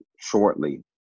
shortly